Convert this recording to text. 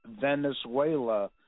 Venezuela